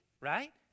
right